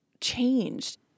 changed